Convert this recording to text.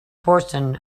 portion